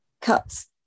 cuts